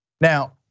Now